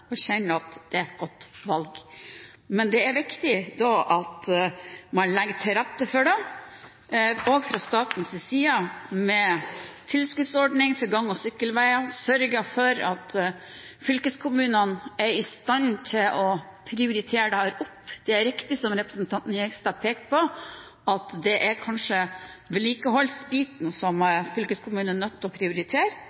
og kjenner at det er et godt valg. Da er det viktig at man legger til rette for det også fra statens side, med tilskuddsordning for gang- og sykkelveier og ved å sørge for at fylkeskommunene er i stand til å prioritere dette opp. Det er riktig som representanten Jegstad peker på, at det er vedlikeholdsbiten som fylkeskommunen er